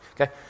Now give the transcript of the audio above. Okay